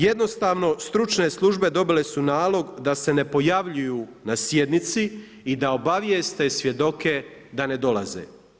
Jednostavno stručne službe dobile su nalog da se ne pojavljuju na sjednici i da obavijeste svjedoke da ne dolaze.